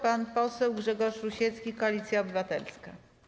Pan poseł Grzegorz Rusiecki, Koalicja Obywatelska.